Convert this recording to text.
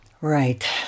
Right